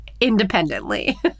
independently